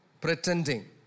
pretending